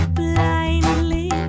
blindly